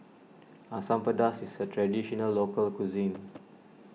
Asam Pedas is a Traditional Local Cuisine